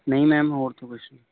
ਨਹੀ ਮੈਮ ਹੋਰ ਤਾਂ ਕੁਛ ਨਹੀਂ